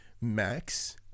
Max